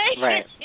Right